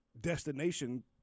destination